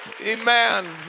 Amen